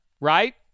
right